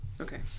Okay